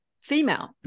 Female